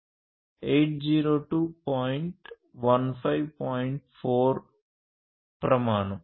4 ప్రమాణం